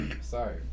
sorry